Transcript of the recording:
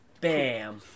Bam